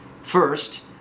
First